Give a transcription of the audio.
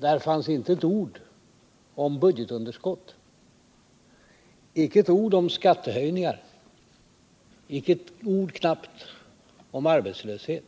Där fanns det inte ett ord om budgetunderskott, icke ett ord om skattehöjningar, knappt ett ord om arbetslöshet